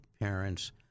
parents